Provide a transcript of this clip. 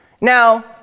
Now